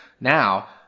now